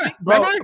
bro